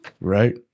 right